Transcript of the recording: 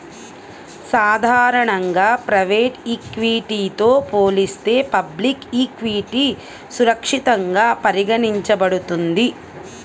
సాధారణంగా ప్రైవేట్ ఈక్విటీతో పోలిస్తే పబ్లిక్ ఈక్విటీ సురక్షితంగా పరిగణించబడుతుంది